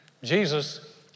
Jesus